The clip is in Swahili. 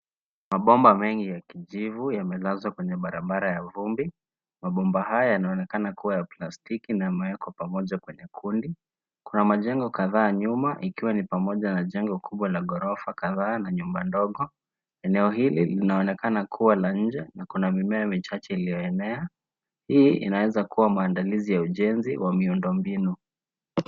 Mabomba mengi ya kijivu yamelazwa kwenye barabara ya vumbi, mabomba haya yanaonekana kuwa ya plastiki na mawe kwa pamoja kwenye kundi, kuna majengo kadhaa nyuma ikiwa ni pamoja na jengo kubwa la ghorofa kadhaa na nyumba ndogo ,eneo hili linaonekana kuwa na nje na kuna mimea michache iliyoenea hii inaweza kuwa maandalizi ya ujenzi wa miundo mbinu.